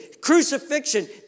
crucifixion